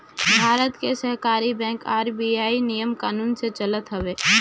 भारत के सहकारी bank RBI नियम कानून से चलत हवे